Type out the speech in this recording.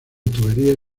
tuberías